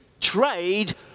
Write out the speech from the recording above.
Trade